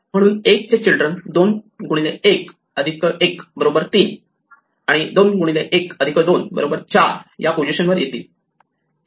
म्हणून 1 चे चिल्ड्रन 21 1 3 आणि 21 2 4 या पोझिशन वर येतील